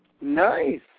Nice